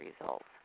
results